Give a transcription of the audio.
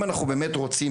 אם אנחנו באמת רוצים